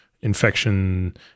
infection